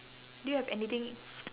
do you have anything